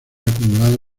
acumulado